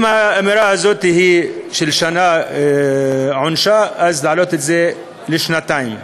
את העבירה הזאת עונשה שנה, להעלות אותו לשנתיים.